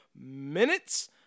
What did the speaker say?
minutes